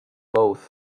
both